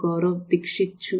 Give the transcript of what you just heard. ગૌરવ દીક્ષિત છું